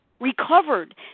recovered